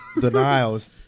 denials